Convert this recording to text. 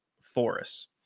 forests